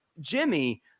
Jimmy